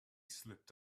slipped